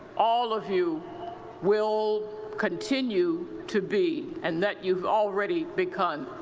all of you will continue to be, and that you have already become.